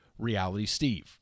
REALITYSTEVE